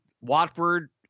Watford